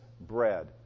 bread